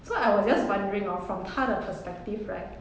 so I was just wondering hor from 他的 perspective right